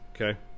Okay